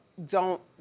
don't,